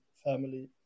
Family